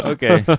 Okay